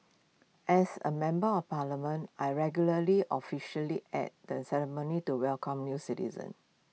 as A member of parliament I regularly officially at the ceremonies to welcome new citizens